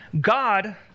God